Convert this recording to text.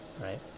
right